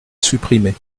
supprimer